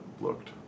looked